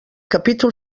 capítol